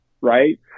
right